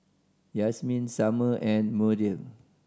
Yasmeen Summer and Muriel